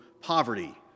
poverty